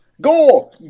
Go